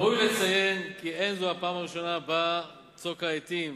ראוי לציין, כי אין זו הפעם הראשונה שבה צוק העתים